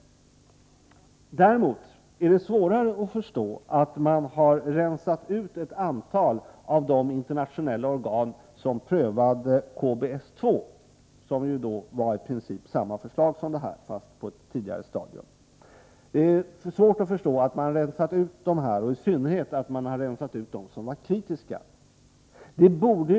Däremot är det svårare att förstå att ett antal av de internationella organ som prövade KBS-2 — i princip samma förslag som KBS-3 men anpassat för ett tidigare stadium — har ”rensats bort”. I synnerhet är det svårt att förstå att de organ inte har tillfrågats som var kritiska mot förslaget.